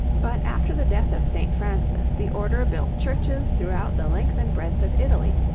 but after the death of st. francis, the order built churches throughout the length and breadth of italy,